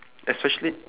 especially